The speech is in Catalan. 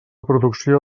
producció